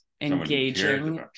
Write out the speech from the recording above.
engaging